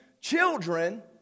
children